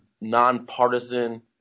nonpartisan